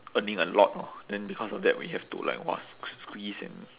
earning a lot lor then because of that we have to like !wah! squeeze and